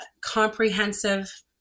comprehensive